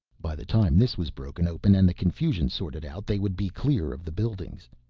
by the time this was broken open and the confusion sorted out they would be clear of the buildings.